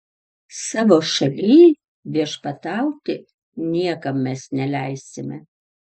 savo šalyj viešpatauti niekam mes neleisime